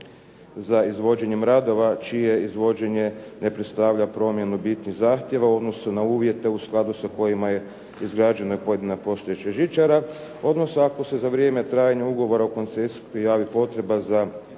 za izvođenjem radova čije izvođenje ne predstavlja promjenu bitnih zahtjeva u odnosu na uvjete u skladu sa kojima je izgrađena pojedina postojeća žičara odnosno ako se za vrijeme trajanja ugovora o koncesiji javi potreba za izvođenjem